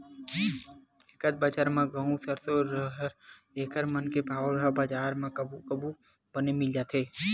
एकत बछर म गहूँ, सरसो, राहेर एखर मन के भाव ह बजार म कभू कभू बने मिल जाथे